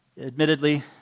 admittedly